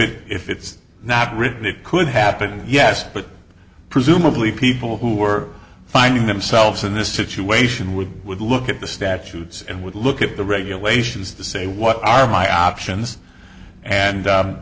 it if it's not written it could happen yes but presumably people who are finding themselves in this situation would would look at the statutes and would look at the regulations to say what are my options and